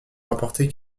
rapporter